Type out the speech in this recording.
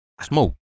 Smoke